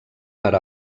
per